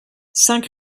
cinq